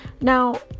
now